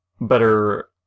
better